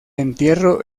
entierro